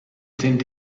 sind